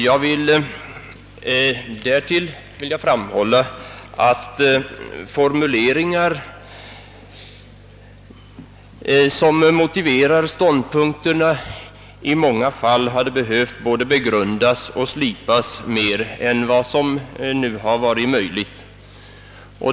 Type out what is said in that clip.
Jag vill därtill framhålla att formuleringar, som motiverar ståndpunkterna, i många fall hade behövt både begrundas och slipas mer än vad som nu varit möjligt.